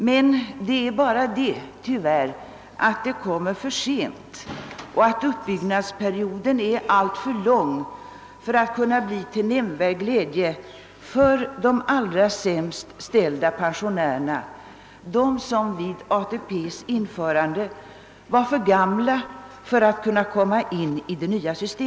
Det är tyvärr bara så att det kommer för sent och att uppbyggnadsperioden är alltför lång för att kunna bli till nämnvärd glädje för de allra sämst ställda pensionärerna, nämligen dem som vid ATP:s införande var för gamla för att kunna komma in i det nya systemet.